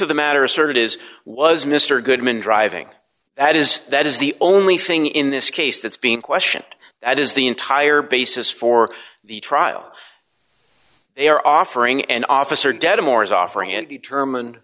of the matter asserted is was mr goodman driving that is that is the only thing in this case that's being question that is the entire basis for the trial they are offering an officer dead amours offering it be determine